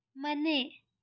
ಮನೆ